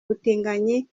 ubutinganyi